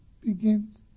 begins